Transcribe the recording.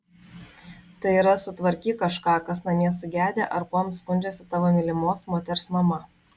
tai yra sutvarkyk kažką kas namie sugedę ar kuom skundžiasi tavo mylimos moters mama